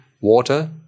water